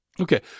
Okay